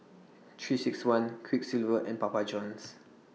three six one Quiksilver and Papa Johns